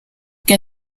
que